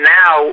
now